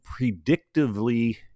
predictively